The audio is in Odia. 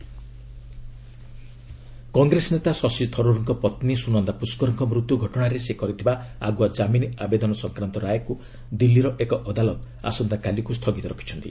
ପୁଷ୍କର କେସ୍ କଂଗ୍ରେସ ନେତା ଶଶୀ ଥରୁର୍ଙ୍କ ପତ୍ନୀ ସୁନନ୍ଦା ପୁଷ୍କରଙ୍କ ମୃତ୍ୟୁ ଘଟଣାରେ ସେ କରିଥିବା ଆଗୁଆ କ୍ରାମିନ ଆବେଦନ ସଂକ୍ରାନ୍ତ ରାୟକୁ ଦିଲ୍ଲୀର ଏକ ଅଦାଲତ ଆସନ୍ତାକାଲିକୁ ସ୍ଥଗିତ ରଖିଛନ୍ତି